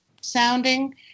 sounding